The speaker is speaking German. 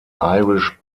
irish